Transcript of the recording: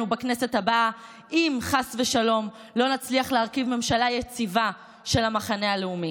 בכנסת הבאה אם חס ושלום לא נצליח להרכיב ממשלה יציבה של המחנה הלאומי.